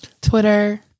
twitter